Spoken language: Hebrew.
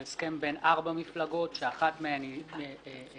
זה הסכם בין ארבע מפלגות, שאחת מהן היא תע"ל,